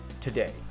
today